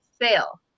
fail